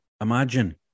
imagine